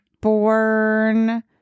born